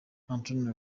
antonio